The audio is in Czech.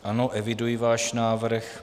Ano, eviduji váš návrh.